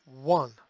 One